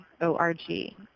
o-r-g